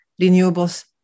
renewables